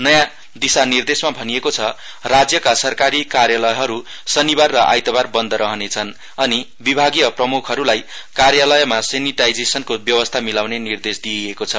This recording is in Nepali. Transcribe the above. नयाँ दिशानिर्देशमा भनिएको छ राज्यका सरकारी कार्यालयहरु सनिबार र आईतबार बन्द रहने छन् अनि विभागीय प्रमुखहरुलाई कार्यालयमा सेनिटाइजेसनको व्यवस्था मिलाउने निर्देश दिइएको छ